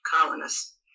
colonists